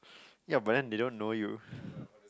ya but then they don't know you